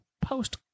post